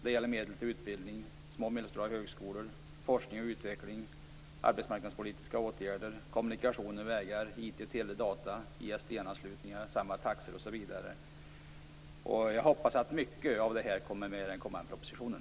Det gäller medel till utbildning, till små och medelstora högskolor, till forskning och utveckling, till arbetsmarknadspolitiska åtgärder, till kommunikationer och vägar, till IT, tele och data, till enhetstaxa för ISDN-anslutningar osv. Jag hoppas att mycket av det här kommer med i den aviserade propositionen.